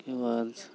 ᱤᱥᱠᱮ ᱵᱟᱫᱽ